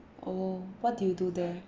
oh what do you do there